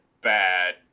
bad